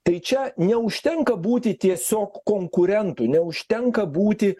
tai čia neužtenka būti tiesiog konkurentu neužtenka būti